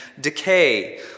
decay